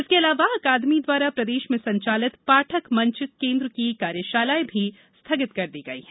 इसके अलावा अकादमी द्वारा प्रदेश में संचालित पाठक मंच केन्द्र की कार्यशालाएं भी स्थगित की गई हैं